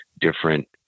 different